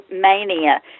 mania